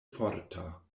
forta